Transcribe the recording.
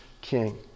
king